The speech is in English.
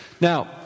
Now